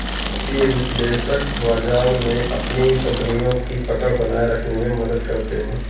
वित्तीय विश्लेषक बाजार में अपनी कपनियों की पकड़ बनाये रखने में मदद करते हैं